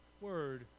word